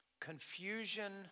confusion